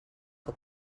que